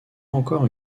encore